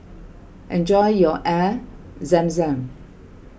enjoy your Air Zam Zam